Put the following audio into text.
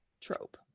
trope